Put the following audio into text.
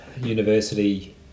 university